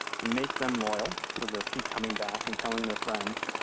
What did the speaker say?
to make them loyal so they'll keep coming back and telling their friends.